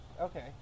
okay